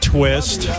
Twist